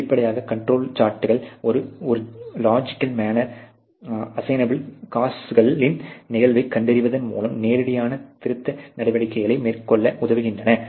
வெளிப்படையாக கண்ட்ரோல் சார்ட்கள் ஒரு லொஜிக்கல் மேனாராக அசையின் அப்பள் காஸ்களின் நிகழ்வைக் கண்டறிவதன் மூலம் நேரடியான திருத்த நடவடிக்கைகளை மேற்கொள்ள உதவுகின்றன